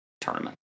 tournament